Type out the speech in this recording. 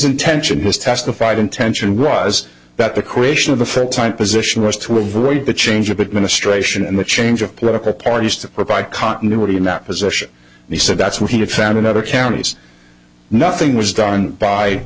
attention has testified intention was that the creation of the photon position was to avoid the change of administration and the change of political parties to provide continuity in that position and he said that's what he had found in other counties nothing was done by